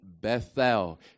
Bethel